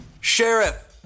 Sheriff